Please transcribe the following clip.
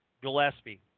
Gillespie